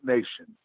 Nation